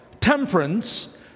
temperance